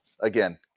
Again